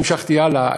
כבר המשכתי הלאה.